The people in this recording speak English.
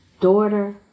daughter